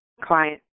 client